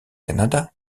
canada